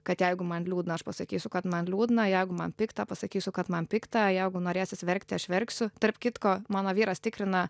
kad jeigu man liūdna aš pasakysiu kad man liūdna jeigu man pikta pasakysiu kad man pikta jeigu norėsis verkti aš verksiu tarp kitko mano vyras tikrina